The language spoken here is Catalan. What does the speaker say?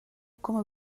coma